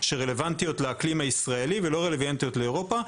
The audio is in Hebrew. שרלוונטיות לאקלים הישראלי ולא רלוונטיות לאירופה,